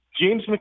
James